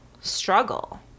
struggle